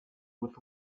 with